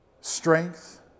strength